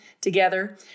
together